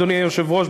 אדוני היושב-ראש,